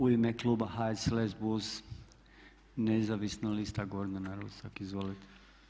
U ime kluba HSLS-BUZ nezavisna lista Gordana Rusak, izvolite.